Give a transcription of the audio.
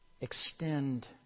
Extend